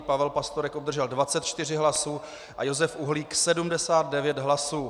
Pavel Pastorek obdržel 24 hlasů a Josef Uhlík 79 hlasů.